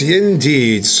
indeed